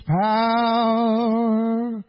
power